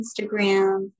Instagram